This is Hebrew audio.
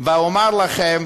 ואומר לכם